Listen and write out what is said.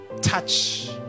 Touch